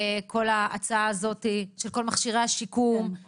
כל ההצעה הזאת של כל מכשירי השיקום, הצו,